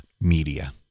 media